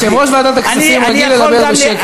יושב-ראש ועדת הכספים רגיל לדבר בשקט,